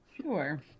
Sure